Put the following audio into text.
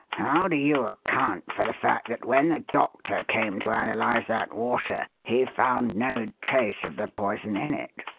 how do you account for the fact that when the doctor came to analyze that water he found no trace of the poison in it?